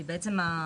כי בעצם החברות,